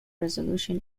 resolution